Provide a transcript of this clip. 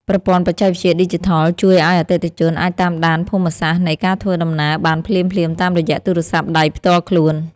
ប្រព័ន្ធបច្ចេកវិទ្យាឌីជីថលជួយឱ្យអតិថិជនអាចតាមដានភូមិសាស្ត្រនៃការធ្វើដំណើរបានភ្លាមៗតាមរយៈទូរស័ព្ទដៃផ្ទាល់ខ្លួន។